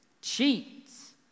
cheats